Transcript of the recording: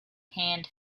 hand